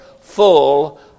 full